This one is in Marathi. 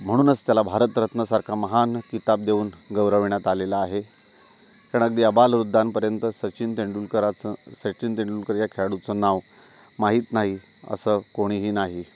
म्हणूनच त्याला भारतरत्नसारखा महान किताब देऊन गौरविण्यात आलेला आहे कारण अगदी आबालवृद्धांपर्यंत सचिन तेंडुलकरचं सचिन तेंडुलकर या खेळाडूचं नाव माहीत नाही असं कोणीही नाही